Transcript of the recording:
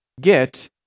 get